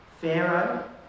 Pharaoh